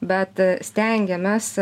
bet stengiamės